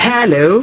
Hello